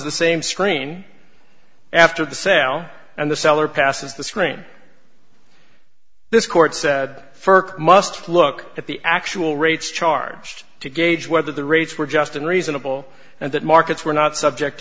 the same screen after the sale and the seller passes the screen this court said firk must look at the actual rates charged to gauge whether the rates were just in reasonable and that markets were not subject